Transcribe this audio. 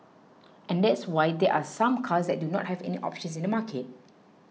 and that's why there are some cars that do not have any options in the market